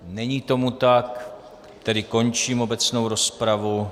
Není tomu tak, tedy končím obecnou rozpravu.